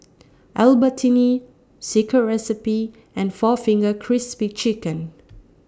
Albertini Secret Recipe and four Fingers Crispy Chicken